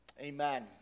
Amen